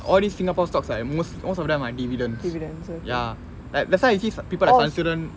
all this singapore stocks are most most of them are dividends ya like that's why you see people like saniswaran